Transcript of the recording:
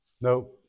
No